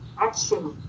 action